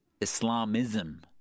Islamism